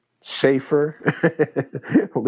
safer